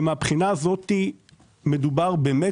מן הבחינה הזאת מדובר באמת